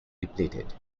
depleted